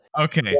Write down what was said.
okay